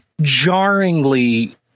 jarringly